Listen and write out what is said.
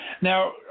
now